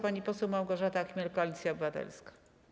Pani poseł Małgorzata Chmiel, Koalicja Obywatelska.